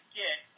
get